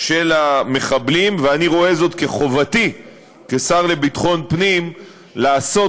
ואני רואה זאת כחובתי כשר לביטחון הפנים לעשות